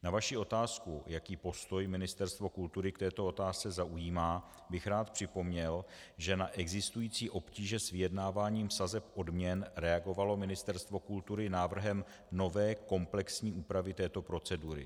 Na vaši otázku, jaký postoj Ministerstvo kultury k této otázce zaujímá, bych rád připomněl, že na existující obtíže s vyjednáváním sazeb odměn reagovalo Ministerstvo kultury návrhem nové komplexní procedury.